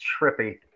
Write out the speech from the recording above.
trippy